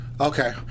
Okay